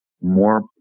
more